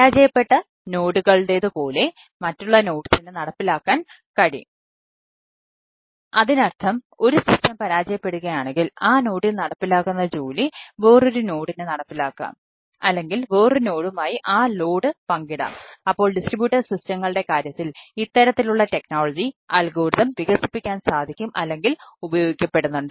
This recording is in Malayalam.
പരാജയപ്പെട്ട നോഡുകളുടെതു വികസിപ്പിക്കാൻ സാധിക്കും അല്ലെങ്കിൽ ഉപയോഗിക്കപ്പെടുന്നുണ്ട്